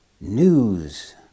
news